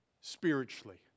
spiritually